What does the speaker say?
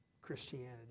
Christianity